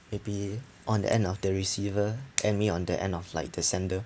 maybe on the end of the receiver and me on the end of like the sender